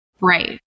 Right